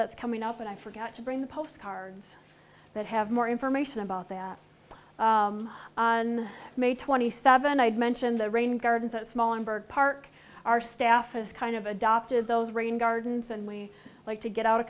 that's coming up and i forgot to bring the postcards that have more information about that on may twenty seven i'd mentioned the rain gardens that small and bird park our staff is kind of adopted those rain gardens and we like to get out a